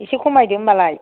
इसे खमायदो होनबालाय